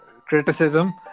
criticism